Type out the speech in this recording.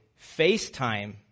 FaceTime